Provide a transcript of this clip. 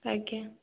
ଆଜ୍ଞା